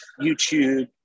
YouTube